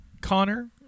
Connor